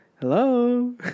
Hello